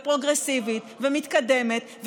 ופרוגרסיבית ומתקדמת,